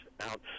out